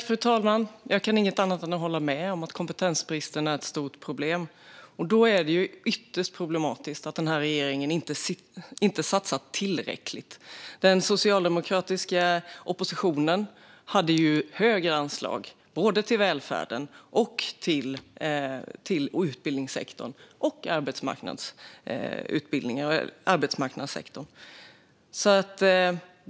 Fru talman! Jag kan inte annat än att hålla med om att kompetensbristen är ett stort problem. Då är det ytterst problematiskt att regeringen inte satsar tillräckligt. Den socialdemokratiska oppositionen lade fram förslag om högre anslag till välfärden, utbildningssektorn och arbetsmarknadssektorn.